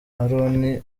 aron